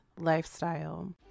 lifestyle